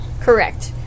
Correct